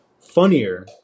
Funnier